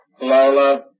Lola